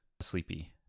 Sleepy